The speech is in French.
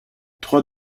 trois